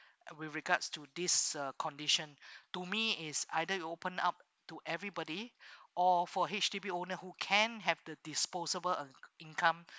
with regards to this uh condition to me is either you open up to everybody or for H_D_B owner who can have the disposable uh income